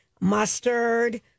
mustard